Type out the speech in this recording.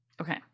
okay